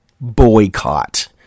boycott